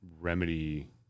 remedy